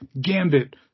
Gambit